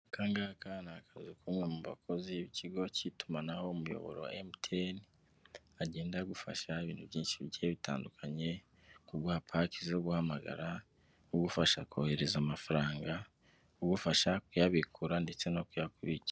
Aka ngaka ni akazu k'umwe mu bakozi b'ikigo cy'itumanaho umuyoboro wa MTN, agenda agufasha ibintu byinshi bigiye bitandukanye, kuguha paki zo guhamagara, kugufasha kohereza amafaranga, kugufasha kuyabikura ndetse no kuyakubikira.